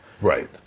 right